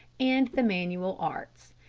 and the manual arts.